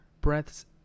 breaths